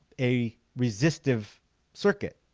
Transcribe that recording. a resistive circuit